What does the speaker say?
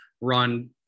run